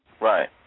Right